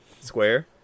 Square